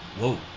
Whoa